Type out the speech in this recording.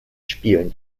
spielen